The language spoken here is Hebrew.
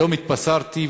היום התבשרתי,